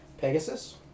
Pegasus